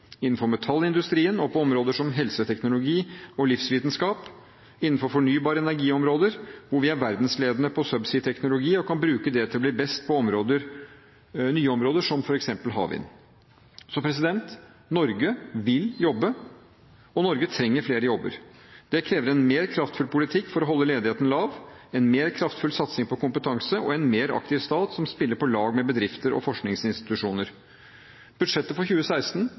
innenfor metallindustrien og på områder som helseteknologi og livsvitenskap, innenfor fornybar energi-områder, hvor vi er verdensledende på subsea-teknologi og kan bruke det til å bli best på nye områder, som f.eks. havvind. Norge vil jobbe, og Norge trenger flere jobber. Det krever en mer kraftfull politikk for å holde ledigheten lav, en mer kraftfull satsing på kompetanse og en mer aktiv stat som spiller på lag med bedrifter og forskningsinstitusjoner. Budsjettet for 2016